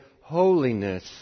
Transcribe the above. holiness